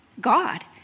God